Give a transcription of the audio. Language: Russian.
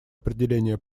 определения